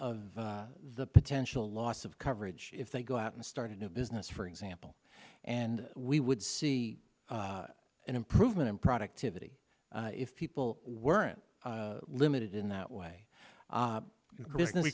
of the potential loss of coverage if they go out and start a new business for example and we would see an improvement in productivity if people weren't limited in that way